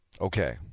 Okay